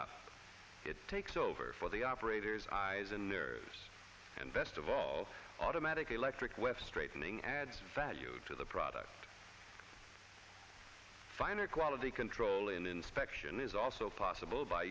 up it takes over for the operators eyes and nerves and best of all automatic electric west straightening adds value to the product finer quality control in inspection is also possible by